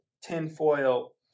tinfoil